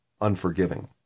unforgiving